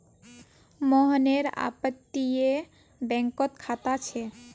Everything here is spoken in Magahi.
मोहनेर अपततीये बैंकोत खाता छे